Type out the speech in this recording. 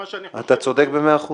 מה שאני חושב -- אתה צודק במאה אחוז.